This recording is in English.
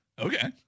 Okay